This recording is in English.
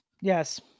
Yes